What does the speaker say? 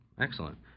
Excellent